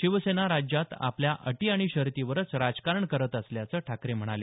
शिवसेना राज्यात आपल्या अटी आणि शर्तींवरच राजकारण करत असल्याचं ठाकरे म्हणाले